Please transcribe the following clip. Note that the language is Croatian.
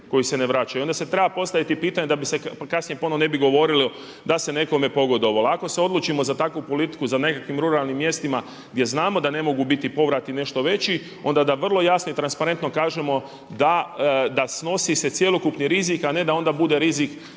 koji se ne vraćaju. I onda se treba postaviti pitanje da se kasnije ponovno ne bi govorilo da se nekome pogodovalo. Ako se odlučimo za takvu politiku za nekakvim ruralnim mjestima gdje znamo da ne mogu biti povrati nešto veći onda da vrlo jasno i transparentno kažemo da snosi se cjelokupni rizik a ne da onda bude rizik